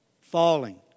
falling